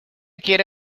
quiere